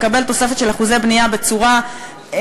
לקבל תוספת של אחוזי בנייה בצורה נכונה,